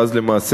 ואז למעשה,